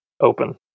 open